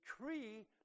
decree